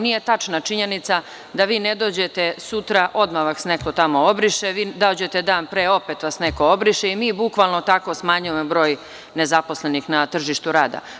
Nije tačna činjenica da ako vi ne dođete sutra odmah vas neko tamo obriše, vi dođete dan pre, opet vas neko obriše i mi bukvalno tako smanjujemo broj nezaposlenih na tržištu rada.